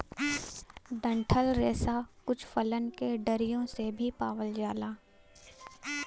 डंठल रेसा कुछ फलन के डरियो से भी पावल जाला